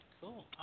cool